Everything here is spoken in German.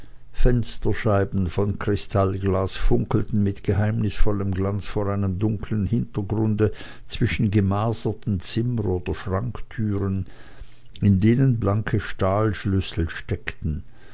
fensterscheiben von kristallglas funkelten mit geheimnisvollem glanz vor einem dunklen hintergrunde zwischen gemaserten zimmer oder schranktüren in denen blanke stahlschlüssel steckten